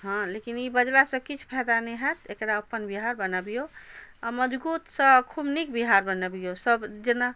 हँ लेकिन ई बजलासँ किछु फाइदा नहि हैत एकरा अपन बिहार बनबिऔ आओर मजगूतसँ आओर खूब नीक बिहार बनबिऔ सब जेना